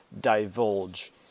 divulge